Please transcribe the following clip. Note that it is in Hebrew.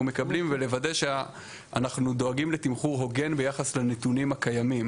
מקבלים ולוודא שאנחנו דואגים לתמחור הוגן ביחס לנתונים הקיימים.